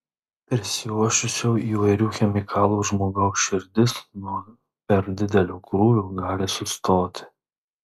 prisiuosčiusio įvairių chemikalų žmogaus širdis nuo per didelio krūvio gali sustoti